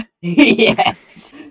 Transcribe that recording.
Yes